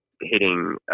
hitting